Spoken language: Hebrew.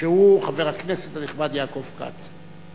שהוא חבר הכנסת הנכבד יעקב כץ.